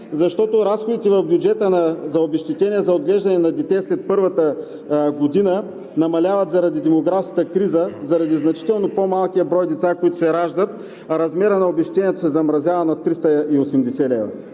защото разходите в бюджета за обезщетение за отглеждане на дете след първата година намаляват заради демографската криза, заради значително по-малкия брой деца, които се раждат, а размерът на обезщетението се замразява на 380 лв.